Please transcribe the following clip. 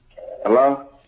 Hello